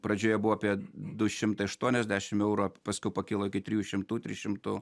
pradžioje buvo apie du šimtai aštuoniasdešim eurų o paskiau pakilo iki trijų šimtų tri šimtų